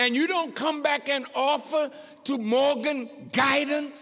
and you don't come back and offer to morgan guidance